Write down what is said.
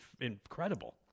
incredible